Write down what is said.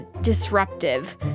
disruptive